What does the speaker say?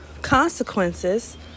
consequences